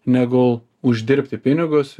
negu uždirbti pinigus